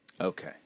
Okay